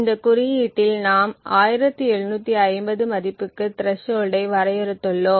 இந்த குறியீட்டில் நாம் 1750 மதிப்புக்கு த்ரெஸ்ஷோல்ட ஐ வரையறுத்துள்ளோம்